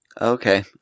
Okay